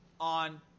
on